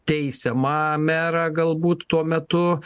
teisiamą merą galbūt tuo metu